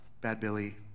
bad-billy